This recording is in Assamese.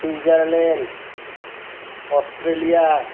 Switzerland Australia